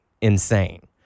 insane